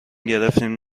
گرفتیم